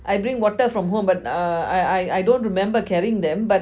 I bring water from home but uh I I I don't remember carrying them